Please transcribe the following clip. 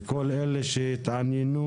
לכל אלה שהתעניינו,